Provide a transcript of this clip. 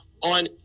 on